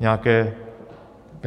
nějaká podobná změna.